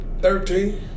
thirteen